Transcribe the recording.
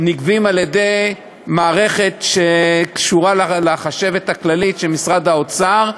נגבים על-ידי מערכת שקשורה לחשבת הכללית של משרד האוצר,